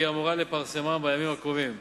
והיא אמורה לפרסמן בימים הקרובים.